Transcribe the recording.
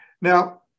Now